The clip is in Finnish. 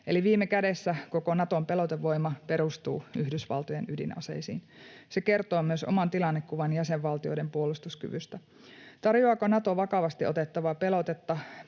Eli viime kädessä koko Naton pelotevoima perustuu Yhdysvaltojen ydinaseisiin. Se kertoo myös oman tilannekuvani jäsenvaltioiden puolustuskyvystä. Tarjoaako Nato vakavasti otettavaa pelotetta